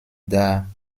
dar